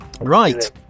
Right